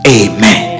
amen